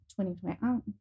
2020